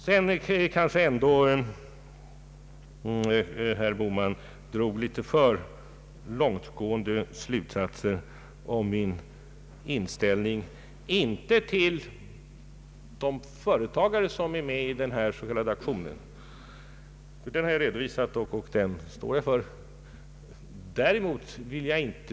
Herr Bohman drog nog litet för långtgående slutsatser i fråga om min inställning till de företagare som är med i den här s.k. aktionen. Jag har redan redovisat min inställning gentemot dem, och den står jag för.